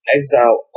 Exile